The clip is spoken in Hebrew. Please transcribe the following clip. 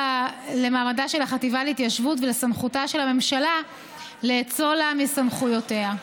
החטיבה להתיישבות ולסמכותה של הממשלה לאצול לה מסמכויותיה.